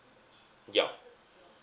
ya